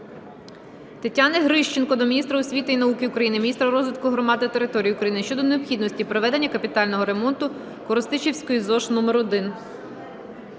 Тетяни Грищенко до міністра освіти і науки України, міністра розвитку громад та територій України щодо необхідності проведення капітального ремонту Коростишівської ЗОШ №1.